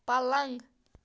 پَلنٛگ